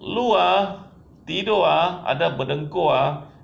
lu ah tidur ah ada berdengkur ah